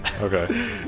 Okay